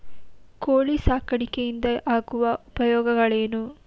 ಕೋಳಿ ಸಾಕಾಣಿಕೆಯಿಂದ ಆಗುವ ಉಪಯೋಗಗಳೇನು?